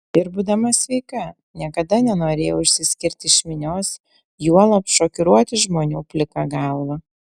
ir būdama sveika niekada nenorėjau išsiskirti iš minios juolab šokiruoti žmonių plika galva